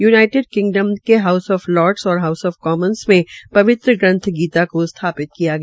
United Kingdom के House of Lords व House of Commons में पवित्र ग्रंथ गीता को स्थापित किया गया